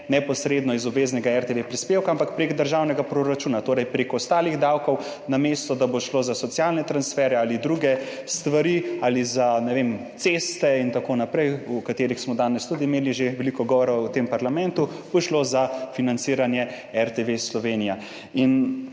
neposredno iz obveznega RTV-prispevka, ampak prek državnega proračuna, torej prek ostalih davkov. Namesto da bo šlo za socialne transferje ali druge stvari ali za, ne vem, ceste in tako naprej, o katerih smo danes tudi imeli že veliko govora v tem parlamentu, bo šlo za financiranje RTV Slovenija.